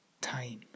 Time